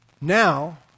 Now